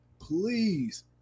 please